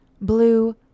blue